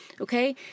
Okay